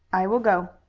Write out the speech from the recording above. i will go.